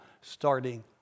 starting